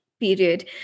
period